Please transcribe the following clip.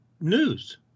news